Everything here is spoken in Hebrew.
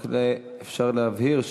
רק אפשר להבהיר,